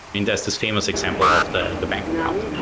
mean, there's this famous example of the the bank account.